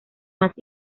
más